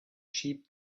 cheap